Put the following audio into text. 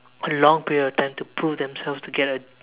a long period of time to prove themselves to get a